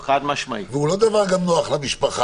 וזה גם לא דבר נוח למשפחה.